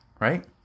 right